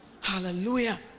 Hallelujah